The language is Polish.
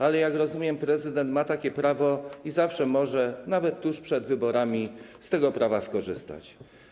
Ale, jak rozumiem, prezydent ma takie prawo i zawsze może, nawet tuż przed wyborami, z tego prawa skorzystać.